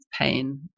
pain